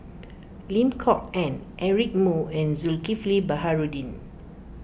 Lim Kok Ann Eric Moo and Zulkifli Baharudin